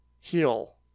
heal